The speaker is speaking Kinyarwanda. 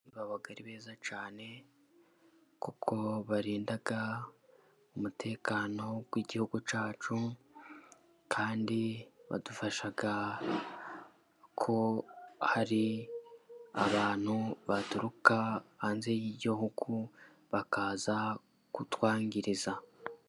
Baba ari beza cyane kuko barindala umutekano w'igihugu cyacu, kandi badufasha ko hari abantu baturuka hanze y'igihugu bakaza kutwangiriza.